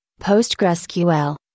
PostgreSQL